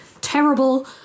terrible